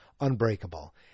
Unbreakable